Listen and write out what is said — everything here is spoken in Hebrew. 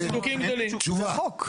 שוב,